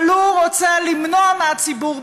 אבל הוא רוצה למנוע מהציבור,